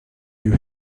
you